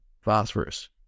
phosphorus